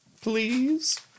please